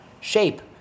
shape